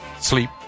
sleep